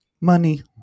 Money